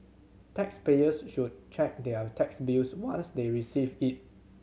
taxpayers should check their tax bills once they receive it